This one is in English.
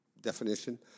definition